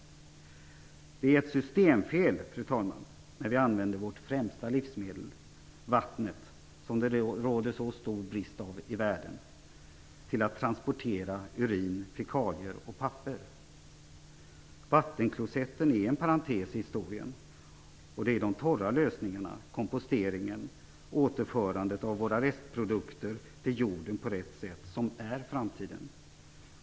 Det är ett systemfel när vi använder vårt främsta livsmedel - vattnet, som det råder så stor brist på i världen - till att transportera urin, fekalier och papper. Vattenklosetten är en parentes i historien. Det är de torra lösningarna - komposteringen och återförandet av våra restprodukter till jorden på rätt sätt - som är framtiden.